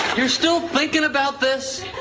you're still thinking about this?